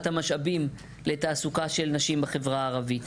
המשאבים לתעסוקה של נשים בחברה הערבית.